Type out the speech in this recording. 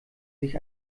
sich